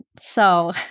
So-